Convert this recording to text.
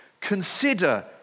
Consider